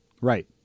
Right